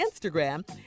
Instagram